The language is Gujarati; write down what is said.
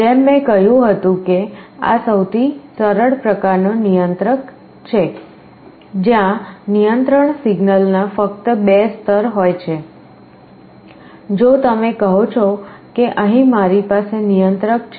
જેમ મેં કહ્યું હતું કે આ સૌથી સરળ પ્રકારનો નિયંત્રક છે જ્યાં નિયંત્રણ સિગ્નલના ફક્ત 2 સ્તર હોય છે જો તમે કહો છો કે અહીં મારી પાસે નિયંત્રક છે